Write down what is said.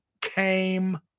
came